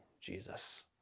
Jesus